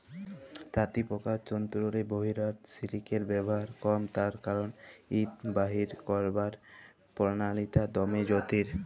তাঁতিপকার তল্তুরলে বহিরাল সিলিকের ব্যাভার কম তার কারল ইট বাইর ক্যইরবার পলালিটা দমে জটিল